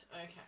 okay